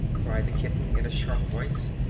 cried the kitten, in a sharp voice,